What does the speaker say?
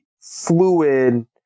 fluid